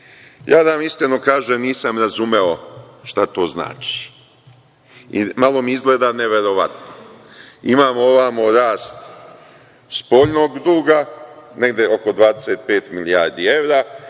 da vam kažem, nisam razumeo šta to znači i malo mi izgleda neverovatno. Imamo ovamo rast spoljnog duga, negde oko 25 milijardi evra,